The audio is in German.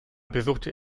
besuchte